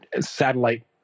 satellite